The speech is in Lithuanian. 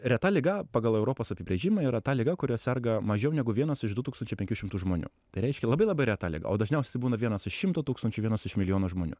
reta liga pagal europos apibrėžimą yra ta liga kuria serga mažiau negu vienas iš du tūkstančiai penkių šimtų žmonių tai reiškia labai labai reta liga o dažniausiai tai būna vienas iš šimto tūkstančių vienas iš milijono žmonių